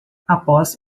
após